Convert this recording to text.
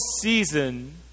season